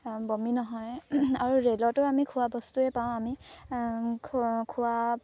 বমি নহয় আৰু ৰে'লতো আমি খোৱা বস্তুৱে পাওঁ আমি খোৱা